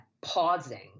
pausing